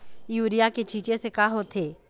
Urea के छींचे से का होथे?